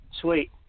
Sweet